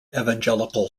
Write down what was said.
evangelical